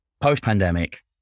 post-pandemic